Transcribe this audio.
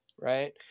right